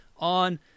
on